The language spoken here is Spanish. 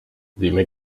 dime